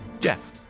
Jeff